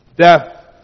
death